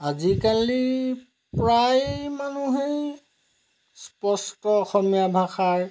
আজিকালি প্ৰায় মানুহেই স্পষ্ট অসমীয়া ভাষাৰ